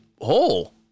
hole